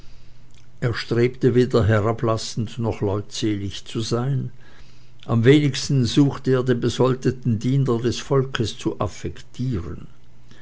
er strebte weder herablassend noch leutselig zu sein am wenigsten suchte er den besoldeten diener des volkes zu affektieren